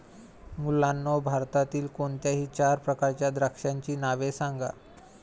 मुलांनो भारतातील कोणत्याही चार प्रकारच्या द्राक्षांची नावे सांगा